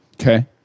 Okay